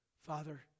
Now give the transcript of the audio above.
Father